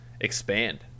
expand